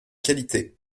qualité